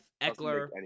eckler